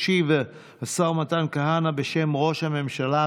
ישיב השר מתן כהנא, בשם ראש הממשלה.